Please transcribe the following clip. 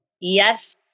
Yes